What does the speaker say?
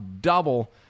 double